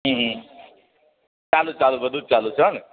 હં ચાલુ ચાલુ બધું જ ચાલુ છે હોને